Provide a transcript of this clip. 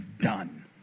done